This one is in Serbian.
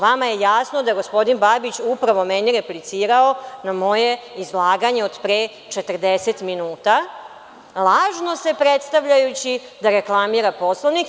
Vama je jasno da je gospodin Babić upravo meni replicirao na moje izlaganje od pre 40 minuta, lažno predstavljajući se da reklamira Poslovnik.